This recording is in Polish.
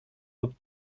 lub